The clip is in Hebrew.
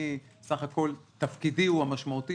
בסך הכל תפקידי הוא המשמעותי,